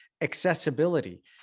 Accessibility